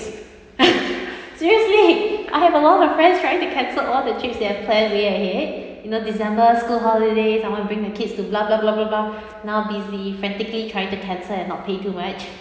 seriously I have a lot of friends trying to cancel all the trips they've plan way ahead you know december school holidays I want bring the kids to blah blah blah blah now busy frantically trying to cancel and not pay too much